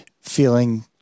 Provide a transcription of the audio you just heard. feeling